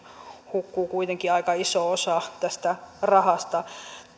hukkuu kuitenkin aika iso tästä rahasta